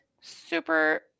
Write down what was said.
Super